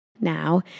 Now